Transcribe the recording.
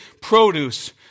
produce